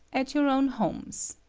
at your own homes.